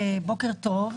בוקר טוב,